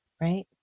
right